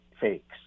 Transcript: fakes